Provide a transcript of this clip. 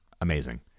amazing